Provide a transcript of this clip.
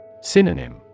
Synonym